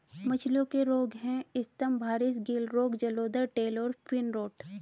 मछलियों के रोग हैं स्तम्भारिस, गिल रोग, जलोदर, टेल और फिन रॉट